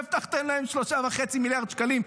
והבטחתם להם 3.5 מיליארד שקלים,